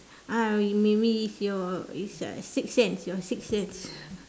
ah maybe is your is your six sense your six sense